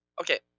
Okay